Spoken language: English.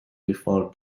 before